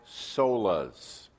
solas